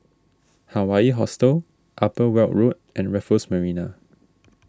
Hawaii Hostel Upper Weld Road and Raffles Marina